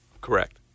Correct